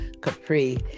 Capri